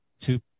two